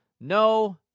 No